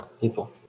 people